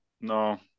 No